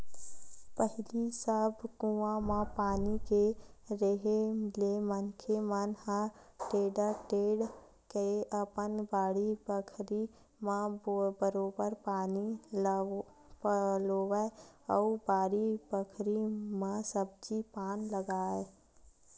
पहिली सब कुआं म पानी के रेहे ले मनखे मन ह टेंड़ा टेंड़ के अपन बाड़ी बखरी म बरोबर पानी पलोवय अउ बारी बखरी म सब्जी पान लगाय